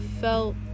felt